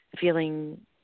feeling